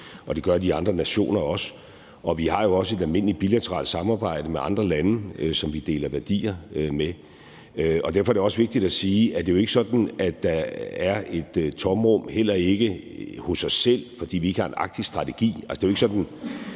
og det gør de andre nationer også. Vi har også et almindeligt bilateralt samarbejde med andre lande, som vi deler værdier med. Derfor er det også vigtigt at sige, at det jo ikke er sådan, at der er et tomrum, heller ikke hos os selv, fordi vi ikke har en arktisk strategi.